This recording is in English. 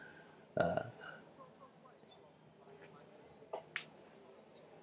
ah